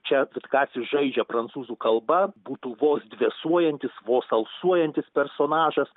čia vitkacis žaidžia prancūzų kalba būtų vos dvėsuojantis vos alsuojantis personažas